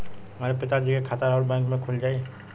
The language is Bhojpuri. हमरे पिता जी के खाता राउर बैंक में खुल जाई?